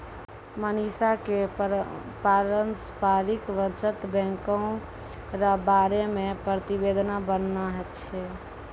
मनीषा क पारस्परिक बचत बैंको र बारे मे प्रतिवेदन बनाना छै